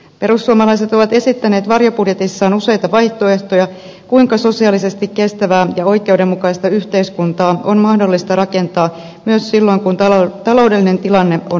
perussuomalaiset ovat esittäneet varjobudjetissaan useita vaihtoehtoja kuinka sosiaalisesti kestävää ja oikeudenmukaista yhteiskuntaa on mahdollista rakentaa myös silloin kun taloudellinen tilanne on vaikea